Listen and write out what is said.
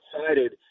excited